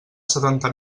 setanta